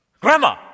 Grandma